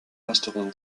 resteront